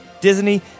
Disney